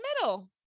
middle